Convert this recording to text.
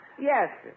Yes